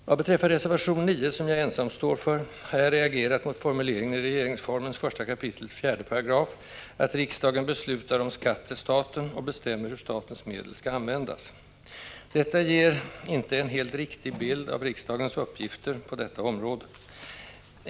Vad beträffar reservation 9, som jag ensam står för, har jag reagerat mot formuleringen i regeringsformens 1 kap. 4 § att ”riksdagen beslutar om skatt till staten och bestämmer hur statens medel skall användas”. Detta ger inte en helt riktig bild av riksdagens uppgifter på detta område.